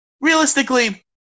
Realistically